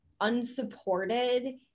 unsupported